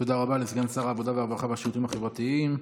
תודה רבה לסגן שר העבודה והרווחה והשירותים החברתיים.